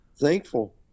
Thankful